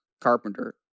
Carpenter